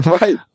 Right